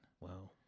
Wow